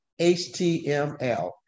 html